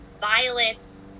Violet's